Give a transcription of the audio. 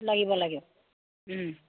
লাগিব লাগে